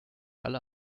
alle